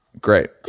Great